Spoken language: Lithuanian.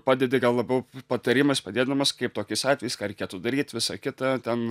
padedi gal labiau patarimais padėdamas kaip tokiais atvejais ką reikėtų daryt visa kita ten